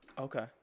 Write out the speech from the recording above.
Okay